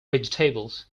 vegetables